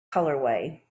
colorway